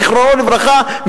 זכרו לברכה,